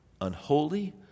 Unholy